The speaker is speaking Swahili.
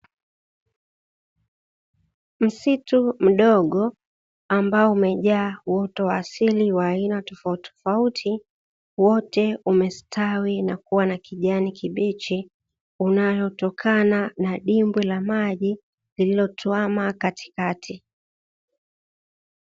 Msitu mdogo, ambao umejaa uoto wa asili wa aina tofautitofauti, wote umestawi na kuwa na kijani kibichi, unaotokana na dimbwi la maji lililotuama katikati.